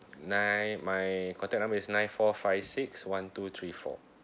nine my contact number is nine four five six one two three four